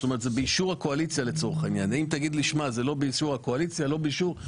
זאת אומרת, זה באישור הקואליציה לצורך העניין.